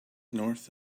north